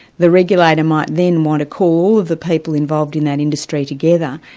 the regulator might then want to call the people involved in that industry together,